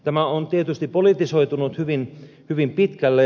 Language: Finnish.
tämä on tietysti politisoitunut hyvin pitkälle